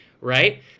right